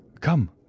Come